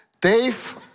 Dave